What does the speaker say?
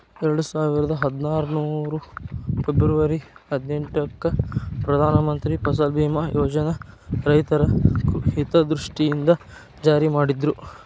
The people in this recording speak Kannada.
ಎರಡುಸಾವಿರದ ಹದ್ನಾರು ಫೆಬರ್ವರಿ ಹದಿನೆಂಟಕ್ಕ ಪ್ರಧಾನ ಮಂತ್ರಿ ಫಸಲ್ ಬಿಮಾ ಯೋಜನನ ರೈತರ ಹಿತದೃಷ್ಟಿಯಿಂದ ಜಾರಿ ಮಾಡಿದ್ರು